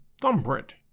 thumbprint